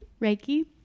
reiki